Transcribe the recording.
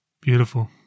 Beautiful